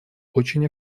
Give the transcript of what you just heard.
очень